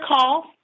call